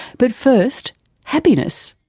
but first happiness.